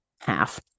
half